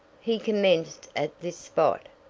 he commenced at this spot,